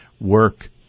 work